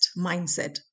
mindset